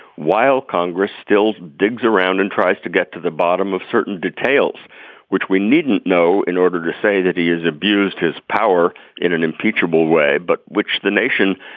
while congress still digs around and tries to get to the bottom of certain details which we needn't know in order to say that he has abused his power in an impeachable way but which the nation